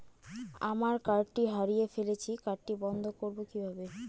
আমার কার্ডটি হারিয়ে ফেলেছি কার্ডটি বন্ধ করব কিভাবে?